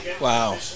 wow